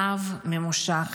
רעב ממושך,